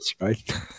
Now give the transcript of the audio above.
right